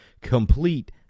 complete